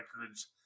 records